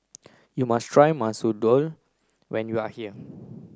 you must try Masoor Dal when you are here